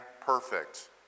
perfect